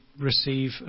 receive